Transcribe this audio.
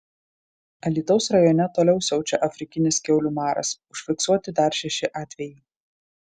alytaus rajone toliau siaučia afrikinis kiaulių maras užfiksuoti dar šeši atvejai